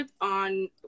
on